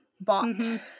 bought